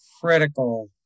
critical